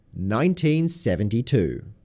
1972